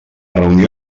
reunió